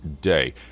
day